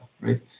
right